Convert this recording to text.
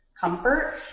comfort